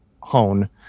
hone